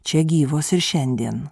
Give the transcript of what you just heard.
čia gyvos ir šiandien